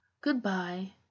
good-bye